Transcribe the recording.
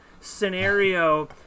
scenario